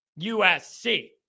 USC